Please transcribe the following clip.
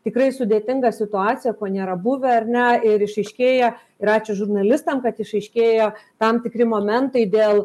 tikrai sudėtingą situaciją ko nėra buvę ar ne ir išryškėja ir ačiū žurnalistam kad išaiškėjo tam tikri momentai dėl